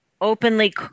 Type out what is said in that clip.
openly